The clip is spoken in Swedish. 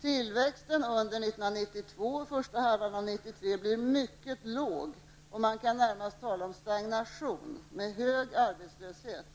''Tillväxten under 1992 och första halvan av 1993 blir mycket låg och man kan närmast tala om en stagnation, med hög arbetslöshet .''